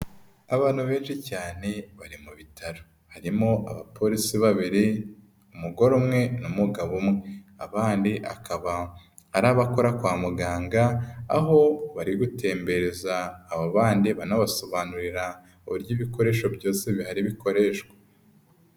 Abantu benshi cyane bari mu bitaro. Harimo abapolisi babiri, umugore umwe n'umugabo umwe. Abandiba ari abakora kwa muganga, aho bari gutembereza aba bandi banabasobanurira uburyo ibikoresho byose bihari bikoreshwa.